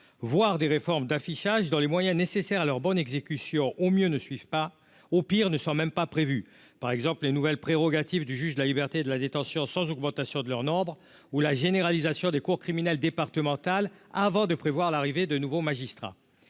voir des réformes d'affichage dans les moyens nécessaires à leur bonne exécution au mieux ne suivent pas, au pire, ne sont même pas prévu, par exemple, les nouvelles prérogatives du juge de la liberté de la détention sans augmentation de leur nombre ou la généralisation des cours criminelles départementales avant de prévoir l'arrivée de nouveaux magistrats